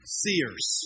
seers